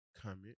comment